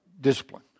discipline